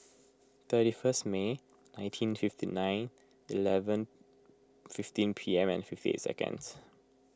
thirty first May nineteen fifty nine eleven fifteen P M and fifty eight seconds